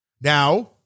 Now